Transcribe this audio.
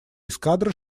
эскадра